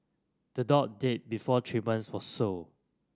the dog died before treatments was sought